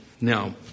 now